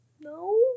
No